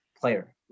player